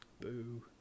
Boo